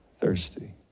thirsty